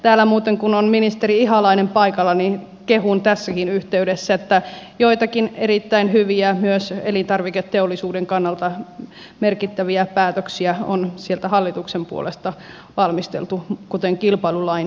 täällä muuten kun on ministeri ihalainen paikalla niin kehun tässäkin yhteydessä että joitakin erittäin hyviä myös elintarviketeollisuuden kannalta merkittäviä päätöksiä on sieltä hallituksen puolesta valmisteltu kuten kilpailulainsäädäntö